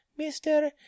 Mr